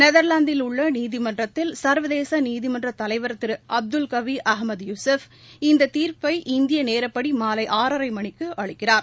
நெத்லாந்தில் உள்ள நீதிமன்றத்தில் சா்வதேச நீதிமன்ற தலைவர் Thiru Abdulqawi Ahmed Yusuf இந்த தீர்ப்பை இந்திய நேரப்படி மாலை ஆறரை மணிக்கு அளிக்கிறார்